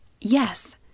Yes